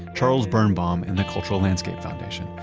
charles birnbaum and the cultural landscape foundation,